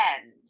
end